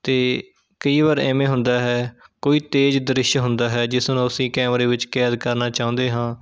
ਅਤੇ ਕਈ ਵਾਰ ਇਵੇਂ ਹੁੰਦਾ ਹੈ ਕੋਈ ਤੇਜ਼ ਦ੍ਰਿਸ਼ ਹੁੰਦਾ ਹੈ ਜਿਸ ਨੂੰ ਅਸੀਂ ਕੈਮਰੇ ਵਿੱਚ ਕੈਦ ਕਰਨਾ ਚਾਹੁੰਦੇ ਹਾਂ